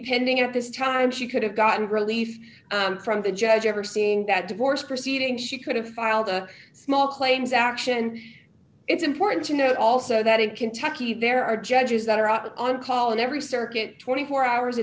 pending at this time she could have gotten relief from the judge overseeing that divorce proceeding she could have filed a small claims action it's important to note also that in kentucky there are judges that are out on call in every circuit twenty four hours a